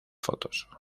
fotos